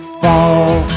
fall